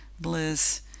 bliss